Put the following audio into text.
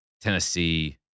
Tennessee